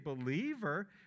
believer